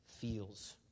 feels